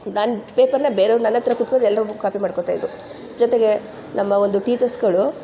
ನನ್ನ ಪೇಪರ್ನ ಬೇರೆಯವ್ರು ನನ್ನ ಹತ್ರ ಕೂತ್ಕೊಂಡು ಎಲ್ರಿಗೂ ಕಾಪಿ ಮಾಡ್ಕೊಳ್ತಾಯಿದ್ರು ಜೊತೆಗೆ ನಮ್ಮ ಒಂದು ಟೀಚರ್ಸ್ಗಳು